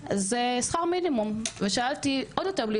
אז הם ענו לי שמרוויחים שכר מינימום ושאלתי עוד יותר בלי